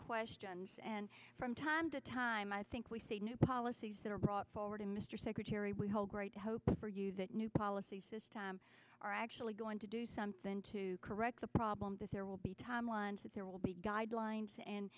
questions and from time to time i think we say new policies that are brought forward and mr secretary we hold great hope for you that new policies are actually going to do something to correct the problem that there will be time lines that there will be guidelines and